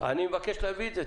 אני מבקש להביא את זה,